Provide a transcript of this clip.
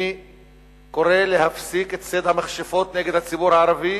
אני קורא להפסיק את ציד המכשפות נגד הציבור הערבי